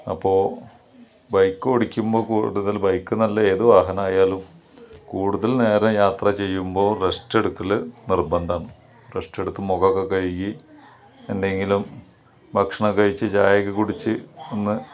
അപ്പോൾ ബൈക്ക് ഓടിക്കുമ്പോൾ കൂടുതൽ ബൈക്ക് എന്നല്ല ഏത് വാഹനം ആയാലും കൂടുതൽ നേരം യാത്ര ചെയ്യുമ്പോൾ റെസ്റ്റ് എടുക്കൽ നിർബന്ധം റെസ്റ്റ് എടുത്ത് മുഖം ഒക്കെ കഴുകി എന്തെങ്കിലും ഭക്ഷണം ഒക്കെ കഴിച്ച് ചായയൊക്കെ കുടിച്ച് ഒന്ന്